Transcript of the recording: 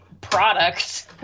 product